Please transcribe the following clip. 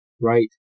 right